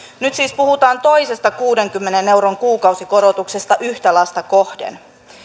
nyt siis puhutaan toisesta kuudenkymmenen euron kuukausikorotuksesta yhtä lasta kohden